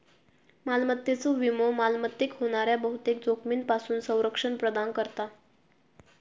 मालमत्तेचो विमो मालमत्तेक होणाऱ्या बहुतेक जोखमींपासून संरक्षण प्रदान करता